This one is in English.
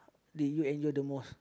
did you enjoy the most